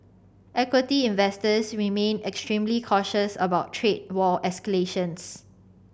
equity investors remain extremely cautious about trade war escalations